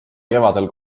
kevadel